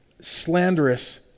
slanderous